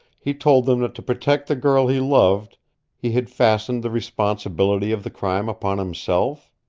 he told them that to protect the girl he loved he had fastened the responsibility of the crime upon himself?